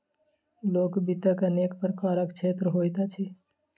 लोक वित्तक अनेक प्रकारक क्षेत्र होइत अछि